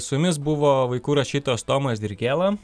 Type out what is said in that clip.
su jumis buvo vaikų rašytojas tomas dirgėla